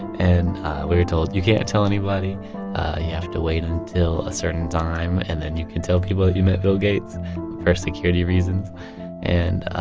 and told, you can't tell anybody. you have to wait until a certain time and then you can tell people that you met bill gates for security reasons and